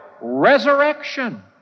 resurrection